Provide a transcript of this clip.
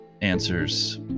answers